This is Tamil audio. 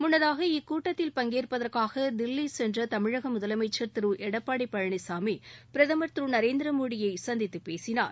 முன்னதாக இக்கூட்டத்தில் பங்கேற்பதற்காக தில்லி சென்ற தமிழக முதலமைச்சர் திரு எடப்பாடி பழனிசாமி பிரதமர் திரு நரேந்திர மோடியை சந்தித்து பேசினார்